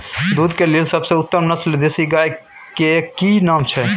दूध के लेल सबसे उत्तम नस्ल देसी गाय के की नाम छै?